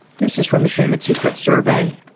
this is from the shame and secrets survey,